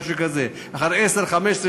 אחרי 15,